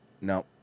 No